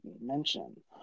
mention